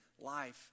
life